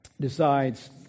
decides